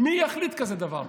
מי יחליט כזה דבר?